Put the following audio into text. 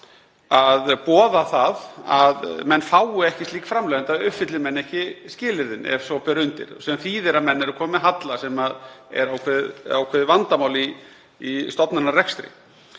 að boða það að menn fái ekki slík framlög, enda uppfylli menn ekki skilyrðin ef svo ber undir, sem þýðir að menn eru komnir með halla sem er ákveðið vandamál í stofnanarekstri.